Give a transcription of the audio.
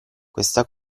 questa